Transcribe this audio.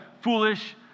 foolish